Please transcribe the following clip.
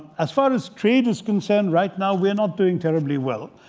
as far as trade is concerned right now, we're not doing terribly well.